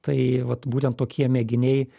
tai vat būtent tokie mėginiai